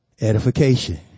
edification